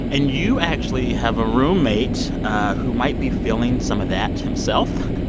and you actually have a roommate who might be feeling some of that himself.